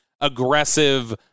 aggressive